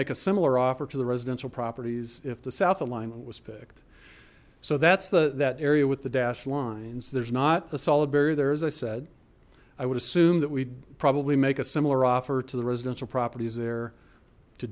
make a similar offer to the residential properties if the south alignment was picked so that's the that area with the dashed lines there's not a solid barrier there as i said i would assume that we'd probably make a similar offer to the residential properties there to